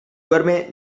duerme